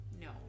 No